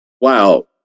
Wow